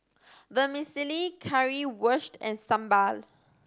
Vermicelli Currywurst and Sambar